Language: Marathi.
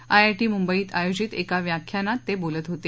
आयआय श्रीमुंबईत आयोजित एका व्याख्यानात ते बोलत होते